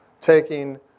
taking